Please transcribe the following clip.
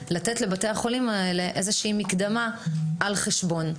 לתת לבתי החולים האלה איזושהי מקדמה על חשבון.